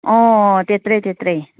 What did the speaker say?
अँ त्यत्रै त्यत्रै